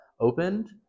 opened